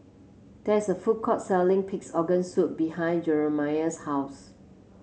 there is a food court selling Pig's Organ Soup behind Jeremiah's house